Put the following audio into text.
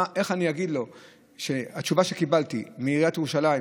איך אני אגיד לו שהתשובה שקיבלתי מעיריית ירושלים